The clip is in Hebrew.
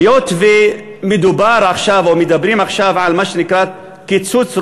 היות שמדברים עכשיו על מה שנקרא קיצוץ רוחבי,